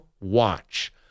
watch